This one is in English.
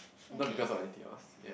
not because of anything else